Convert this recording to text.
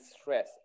stress